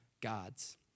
gods